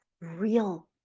real